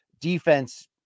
defense